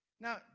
Now